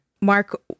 mark